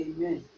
Amen